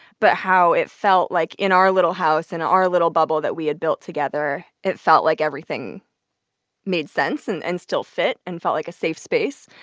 but how it felt like in our little house in our little bubble that we had built together, it felt like everything made sense and and still fit and felt like a safe space.